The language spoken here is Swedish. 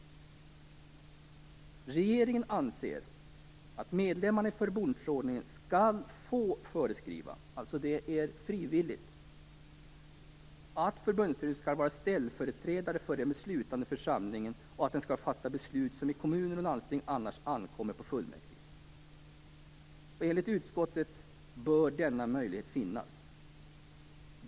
"Regeringen anser att medlemmarna i förbundsordningen skall få föreskriva" - det är alltså frivilligt - "att förbundsstyrelsen skall vara ställföreträdare för den beslutande församlingen och att den skall få fatta beslut som i kommuner och landsting annars ankommer på fullmäktige. Enligt utskottet bör denna möjlighet finnas.